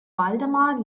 waldemar